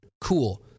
cool